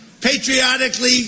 patriotically